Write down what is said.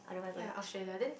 I don't mind going Australia